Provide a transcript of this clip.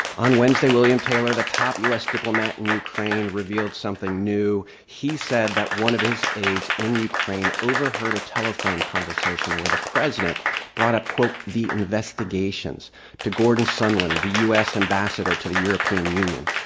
on wednesday, william taylor, the top u s. diplomat in ukraine, revealed something new. he said that one of his aides in ukraine overheard a telephone conversation where the president brought up, quote, the investigations to gordon sondland, the u s. ambassador to the european union.